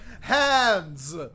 hands